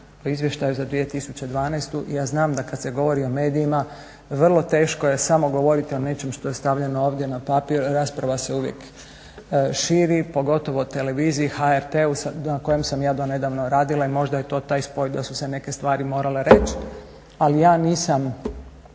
izvještaju za 2012. Ja znam da kad se govori o medijima vrlo teško je samo govoriti o nečem što je stavljeno ovdje na papir, rasprava se uvijek širi, pogotovo televiziji, HRT-u na kojem sam ja donedavno radila i možda je to taj spoj da su se neke stvari morale reći, ali ja nisam